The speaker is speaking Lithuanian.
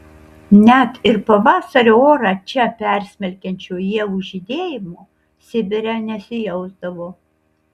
net ir pavasario orą čia persmelkiančio ievų žydėjimo sibire nesijausdavo